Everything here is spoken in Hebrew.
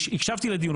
הקשבתי לדיון,